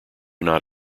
not